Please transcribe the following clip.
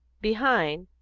behind,